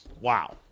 Wow